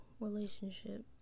relationship